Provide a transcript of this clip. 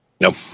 Nope